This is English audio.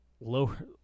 lower